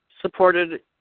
supported